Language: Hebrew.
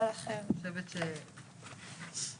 אני חושבת שכל